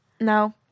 No